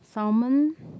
salmon